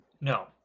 no